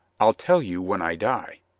i'll tell you when i die.